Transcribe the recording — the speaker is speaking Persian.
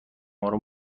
آروم